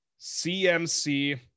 CMC